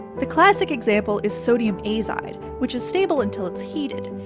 the classic example is sodium azide, which is stable until it's heated.